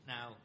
Now